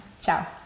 Ciao